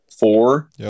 four